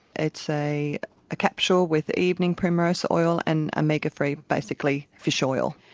it's a capsule with evening primrose oil and omega three basically fish oil.